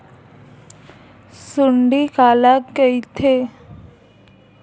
सुंडी काला कइथे?